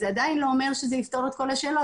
זה עדיין לא אומר שזה יפתור את כל השאלות,